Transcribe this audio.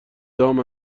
دام